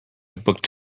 booked